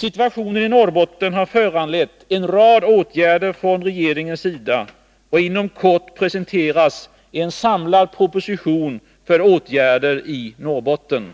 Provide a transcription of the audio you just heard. Situationen har föranlett en rad åtgärder från regeringens sida. Inom kort presenteras en samlad proposition för åtgärder i Norrbotten.